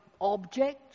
Objects